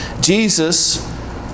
Jesus